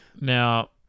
Now